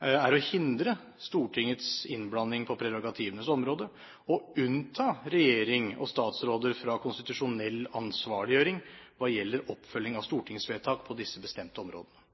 er å hindre Stortingets innblanding på prerogativenes område og unnta regjering og statsråder fra konstitusjonell ansvarliggjøring hva gjelder oppfølging av stortingsvedtak på disse bestemte områdene.